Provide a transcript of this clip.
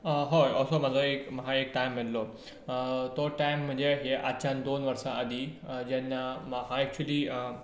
हय असो म्हाजो एक टायम येयल्लो तो टायम म्हणचे आजच्यान दोन वर्सां आदीं जेन्ना म्हाका एक्च्युली